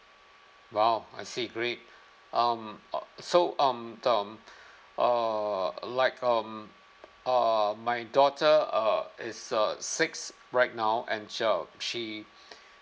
!wow! I see great um uh so um um uh like um uh my daughter uh it's uh six right now and shall she